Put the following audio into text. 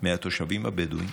מהתושבים הבדואים,